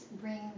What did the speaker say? bring